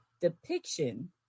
depiction